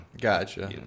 Gotcha